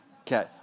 Okay